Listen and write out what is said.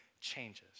changes